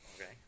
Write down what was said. Okay